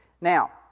Now